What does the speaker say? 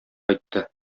кайтты